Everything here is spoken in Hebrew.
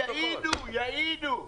יעידו.